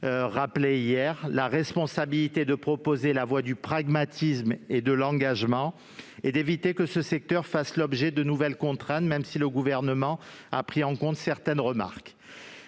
rappelé hier. Cette responsabilité implique de privilégier la voie du pragmatisme et de l'engagement et d'éviter que ce secteur ne fasse l'objet de nouvelles contraintes, même si le Gouvernement a pris en compte certaines remarques.